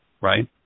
Right